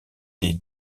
des